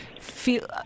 feel